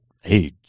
hey